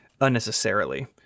unnecessarily